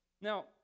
Now